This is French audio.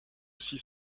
aussi